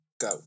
go